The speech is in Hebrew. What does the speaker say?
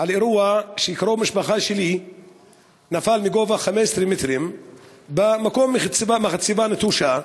על אירוע שקרוב משפחה שלי נפל מגובה 15 מטר במקום של מחצבה נטושה.